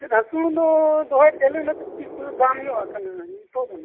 ᱨᱟᱹᱥᱩᱱ ᱫᱚ ᱫᱚᱦᱚᱭᱮᱫ ᱜᱮᱭᱟᱞᱤᱧ ᱚᱱᱟ ᱠᱚ ᱠᱟᱹᱴᱤᱡ ᱫᱟᱢ ᱧᱚᱜ ᱠᱟᱱᱟ ᱱᱤᱛᱳᱜ ᱫᱚ ᱦᱟᱜ